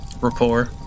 rapport